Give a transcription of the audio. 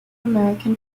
american